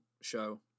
show